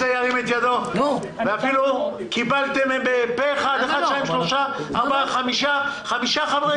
אפילו קיבלתם פה אחד, חמישה חברי כנסת